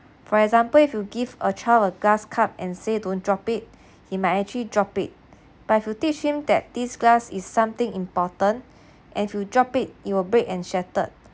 for example if you give a child a glass cup and say don't drop it he might actually drop it but if you teach him that this glass is something important and if you drop it it will break and shattered